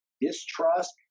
distrust